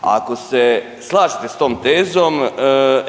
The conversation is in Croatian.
Ako se slažete s tom tezom,